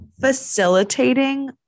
Facilitating